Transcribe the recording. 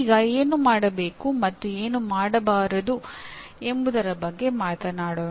ಈಗ ಏನು ಮಾಡಬೇಕು ಮತ್ತು ಏನು ಮಾಡಬಾರದು ಎಂಬುದರ ಬಗ್ಗೆ ಮಾತನಾಡೋಣ